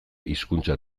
hizkuntza